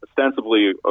ostensibly